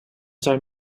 zijn